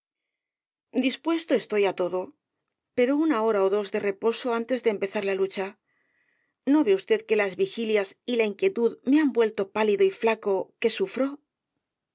dispuesto estoy á todo pero una hora ó dos de reposo antes de empezar la lucha no ve usted que las vigilias y la inquietud me han vuelto pálido y flaco que sufro